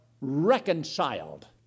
reconciled